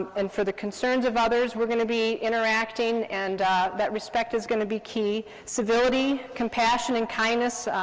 and for the concerns of others, we're going to be interacting, and that respect is going to be key. civility, compassion, and kindness,